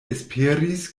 esperis